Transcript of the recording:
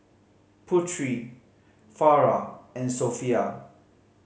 Putri Farah and Sofea